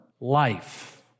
life